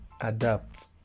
adapt